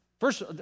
First